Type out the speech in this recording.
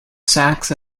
sacks